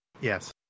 Yes